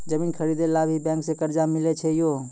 जमीन खरीदे ला भी बैंक से कर्जा मिले छै यो?